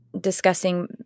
discussing